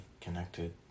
connected